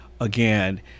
again